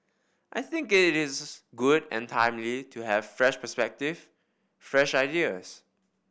I think it is good and timely to have fresh perspective fresh ideas